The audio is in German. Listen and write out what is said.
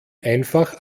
einfach